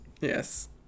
Yes